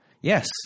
Yes